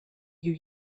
you